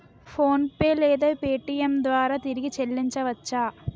PhonePe లేదా Paytm ద్వారా తిరిగి చల్లించవచ్చ?